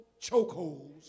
chokeholds